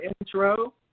intro